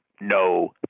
no